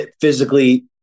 Physically